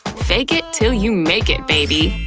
fake it til you make it, baby!